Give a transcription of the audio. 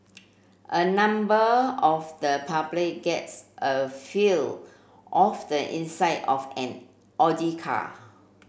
a number of the public gets a feel of the inside of an Audi car